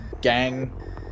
gang